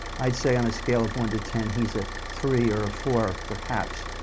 i'd say on a scale of one to ten he's a three or four perhaps.